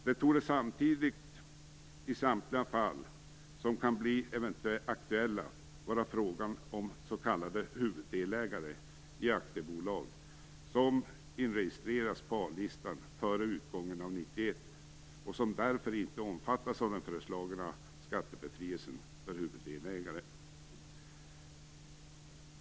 Det torde samtidigt i samtliga fall som kan bli aktuella vara fråga om s.k. huvuddelägare i aktiebolag som inregistrerats på A-listan före utgången av 1991 och som därför inte omfattas av den föreslagna skattebefrielsen för huvuddelägare.